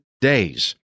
days